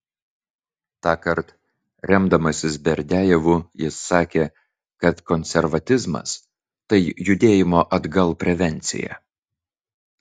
tąkart remdamasis berdiajevu jis sakė kad konservatizmas tai judėjimo atgal prevencija